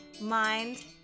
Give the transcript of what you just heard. mind